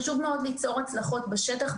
חשוב מאוד ליצור הצלחות בשטח.